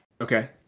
Okay